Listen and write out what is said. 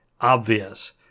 obvious